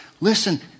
listen